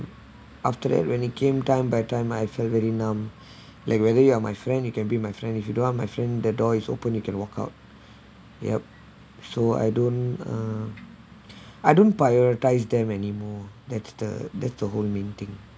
after that when it came time by time I feel numb like whether you are my friend you can be my friend if you don't want my friend the door is open you can walk out yup so I don't uh I don't prioritise them anymore that's the that's the whole main thing